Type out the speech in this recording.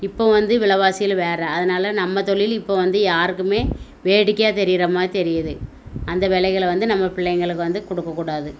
இப்போ வந்து விலைவாசிகள் வேறு அதனால் நம்ம தொழில் இப்போ வந்து யாருக்குமே வேடிக்கையாக தெரிகிற மாதிரி தெரியுது அந்த வேலைகளை வந்து நம்ம பிள்ளைங்களுக்கு வந்து கொடுக்கக்கூடாது